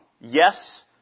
Yes